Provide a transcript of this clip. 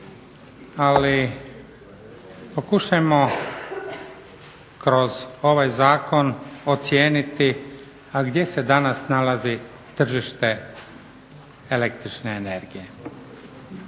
Ali pokušajmo kroz ovaj zakon ocijeniti a gdje se danas nalazi tržište električne energije